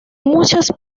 muchas